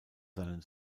seinen